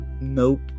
Nope